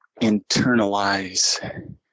internalize